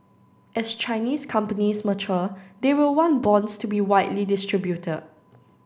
as Chinese companies mature they will want bonds to be widely distributed